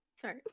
Sorry